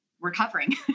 recovering